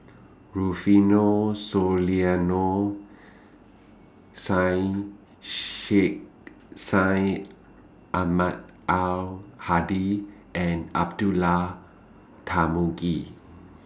Rufino Soliano Syed Sheikh Syed Ahmad Al Hadi and Abdullah Tarmugi